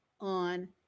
on